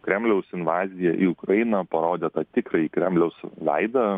kremliaus invazija į ukrainą parodė tą tikrąjį kremliaus veidą